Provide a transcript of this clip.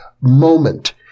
moment